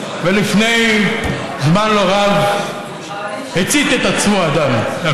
לפני זמן לא רב הצית את עצמו אדם בירושלים,